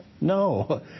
no